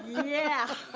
yeah.